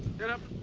get up!